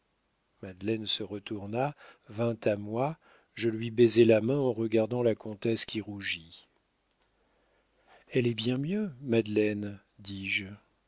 se retourna vint à moi je lui baisai la main en regardant la comtesse qui rougit elle est bien mieux madeleine dis-je